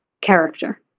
character